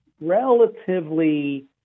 relatively